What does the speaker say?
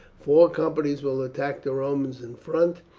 four companies will attack the romans in front,